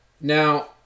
Now